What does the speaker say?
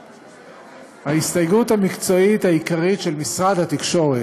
ההסתייגות המקצועית העיקרית של משרד התקשורת,